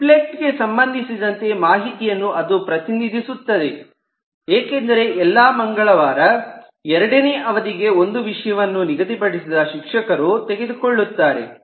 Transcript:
triplet ಗೆ ಸಂಬಂಧಿಸಿದ ಮಾಹಿತಿಯನ್ನು ಅದು ಪ್ರತಿನಿಧಿಸುತದೆ ಏಕೆಂದರೆ ಎಲ್ಲಾ ಮಂಗಳವಾರ ಎರಡನೇ ಅವಧಿಗೆ ಒಂದು ವಿಷಯವನ್ನು ನಿಗಧಿಪಡಿಸಿದ ಶಿಕ್ಷಕರು ತೆಗೆದುಕೊಳ್ಳುತಾರೆ